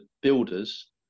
builders